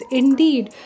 indeed